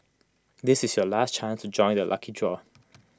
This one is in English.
this is your last chance to join the lucky draw